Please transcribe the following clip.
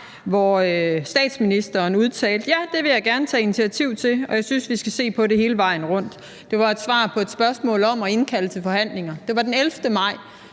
hvor statsministeren udtalte: »Ja, det vil jeg gerne tage initiativ til, og jeg synes, vi skal se på det hele vejen rundt«. Det var et svar på et spørgsmål om at indkalde til forhandlinger. Det var den 11. maj.